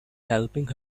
helping